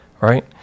right